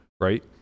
right